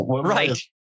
Right